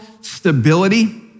stability